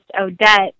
Odette